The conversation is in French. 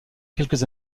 quelques